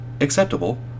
acceptable